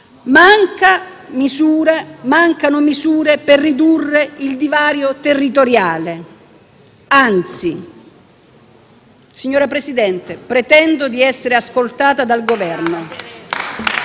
Mancano misure per ridurre il divario territoriale. Signor Presidente, pretendo di essere ascoltata dal